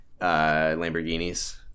Lamborghinis